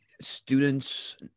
students